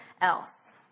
else